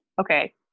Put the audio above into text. okay